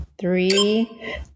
Three